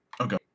Okay